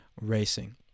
racing